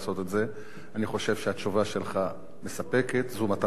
אני חושב שהתשובה שלך מספקת, זו מטרת השאילתא,